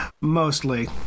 Mostly